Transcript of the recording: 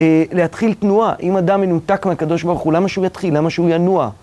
להתחיל תנועה עם אדם מנותק מהקדוש ברוך הוא, למה שהוא יתחיל? למה שהוא ינוע?